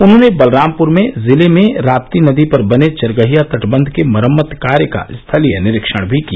उन्होंने बलरामपुर जिले में रापी नदी पर बने चरगहिया तटबंध के मरम्मत कार्य का स्थलीय निरीक्षण भी किया